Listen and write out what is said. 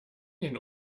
den